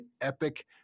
epic